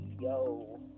Yo